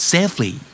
Safely